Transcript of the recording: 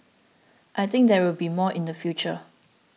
I think there will be more in the future